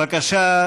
בבקשה,